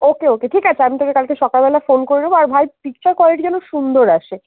ওকে okay ঠিক আছে আমি তোকে কালকে সকালবেলা ফোন করে নেবো আর ভাই পিকচার কোয়ালিটি যেন সুন্দর আসে